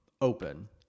open